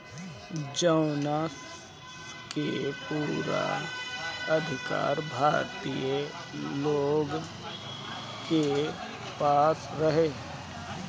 जवना के पूरा अधिकार भारतीय लोग के पास रहे